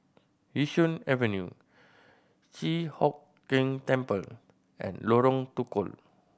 Yishun Avenue Chi Hock Keng Temple and Lorong Tukol